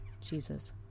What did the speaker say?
Jesus